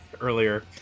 earlier